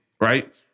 right